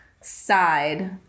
side